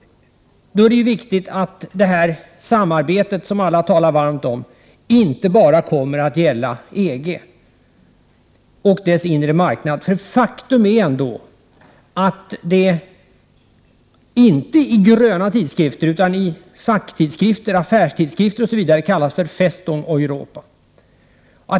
Det är viktigt att det samarbete som alla talar varmt om inte bara kommer att gälla EG och dess inre marknad. Faktum är ändå att det i tidskrifter — inte i gröna tidskrifter utan i facktidskrifter, affärstidskrifter osv. — kallas för Festung Europa.